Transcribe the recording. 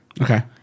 okay